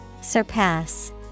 Surpass